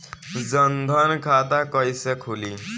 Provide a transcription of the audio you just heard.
जनधन खाता कइसे खुली?